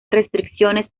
restricciones